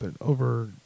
over